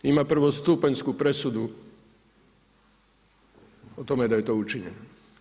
Ima prvostupanjsku presudu o tome da je to učinjeno.